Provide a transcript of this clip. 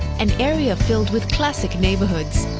an area filled with classic neighborhoods.